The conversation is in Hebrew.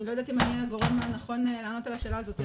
אני לא יודעת אם אני הגורם הנכון לענות על השאלה הזאת.